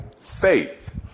faith